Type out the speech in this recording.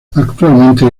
actualmente